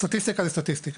סטטיסטיקה זו סטטיסטיקה.